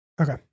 Okay